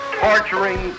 torturing